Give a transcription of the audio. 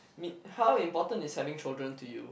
me how important is having children to you